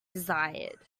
desired